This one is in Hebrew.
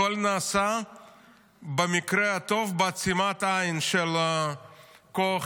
הכול נעשה במקרה הטוב בעצימת עין של כוח